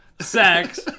sex